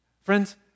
Friends